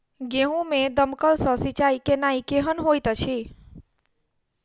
गेंहूँ मे दमकल सँ सिंचाई केनाइ केहन होइत अछि?